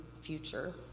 future